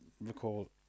recall